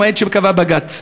המועד שקבע בג"ץ.